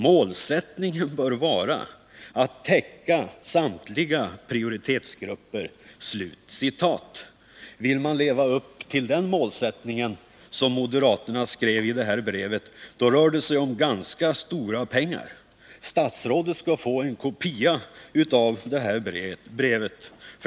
Målsättningen bör vara att täcka samtliga prioritetsgrupper.” Vill man leva upp till den målsättning som moderaterna angav i det här brevet rör det sig om ganska stora summor pengar. Statsrådet skall få en kopia av det här brevet.